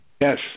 Yes